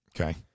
Okay